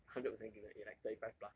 hundred percent give a a like thirty five plus